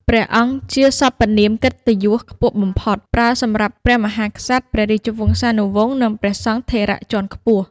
ព្រះអង្គ ជាសព្វនាមកិត្តិយសខ្ពស់បំផុត ប្រើសម្រាប់ព្រះមហាក្សត្រ ព្រះរាជវង្សានុវង្ស និងព្រះសង្ឃថេរៈជាន់ខ្ពស់។